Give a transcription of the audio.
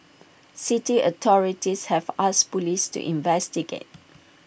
city authorities have asked Police to investigate